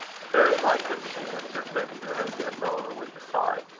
very likely, she answered, bending her head yet lower, with a sigh.